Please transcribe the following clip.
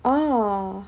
oh